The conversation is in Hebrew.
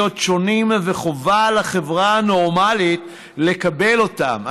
שונים וחובה על חברה נורמלית לקבל אותם,